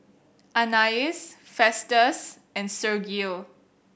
Anais Festus and Sergio